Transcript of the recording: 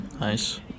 Nice